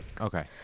okay